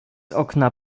okna